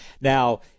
Now